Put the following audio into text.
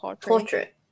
portrait